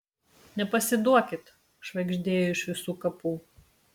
nepasiduokit švagždėjo iš visų kapų